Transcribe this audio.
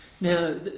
Now